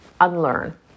unlearn